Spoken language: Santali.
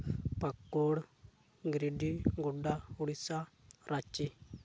ᱯᱟᱠᱩᱲ ᱜᱤᱨᱤᱰᱤ ᱜᱳᱰᱰᱟ ᱩᱲᱤᱥᱥᱟ ᱨᱟᱸᱪᱤ